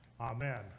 Amen